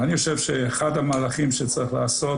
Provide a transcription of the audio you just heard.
אני חושב שאחד המהלכים שצריך לעשות,